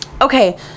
okay